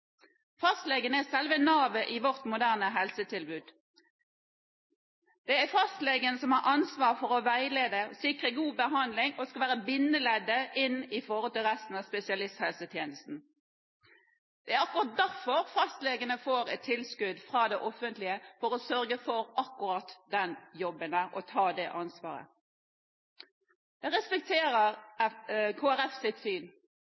Fastlegene er selve navet i vårt moderne helsetilbud. Det er fastlegen som har ansvaret for å veilede og sikre god behandling, og som skal være bindeleddet inn til resten av spesialisthelsetjenesten. Det er akkurat derfor fastlegene får et tilskudd fra det offentlige – for å sørge for akkurat den jobben det er å ta det ansvaret. Jeg respekterer Kristelig Folkepartis syn,